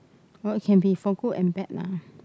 well it can be for good and bad lah